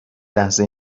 لحظه